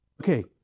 Okay